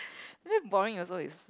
very boring also is